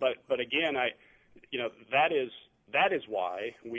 but again i you know that is that is why we